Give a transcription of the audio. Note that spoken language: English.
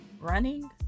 running